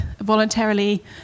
voluntarily